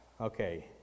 Okay